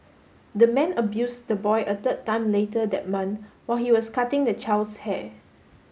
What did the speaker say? the man abuse the boy a third time later that month while he was cutting the child's hair